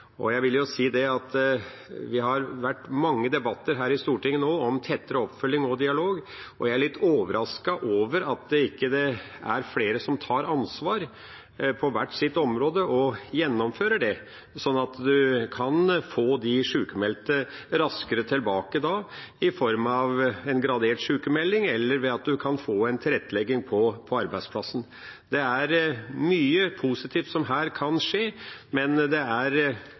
Det har vært mange debatter her i Stortinget nå om tettere oppfølging og dialog, og jeg er litt overrasket over at det ikke er flere som tar ansvar på hvert sitt område og gjennomfører det, sånn at man kan få de sjukmeldte raskere tilbake i form av en gradert sjukemelding eller ved at man kan få en tilrettelegging på arbeidsplassen. Det er mye positivt som her kan skje, men det er